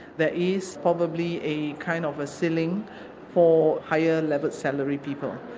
there is probably a kind of a ceiling for higher level salaried people,